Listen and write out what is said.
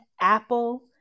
Apple